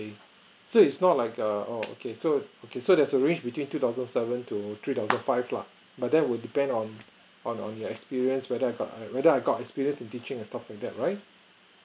so it's not like err oo okay so okay so there's a range between two thousand seven to three thousand five lah but that would depend on on on your experience whether I got whether I got experience in teaching and stuff like that right